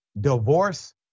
divorce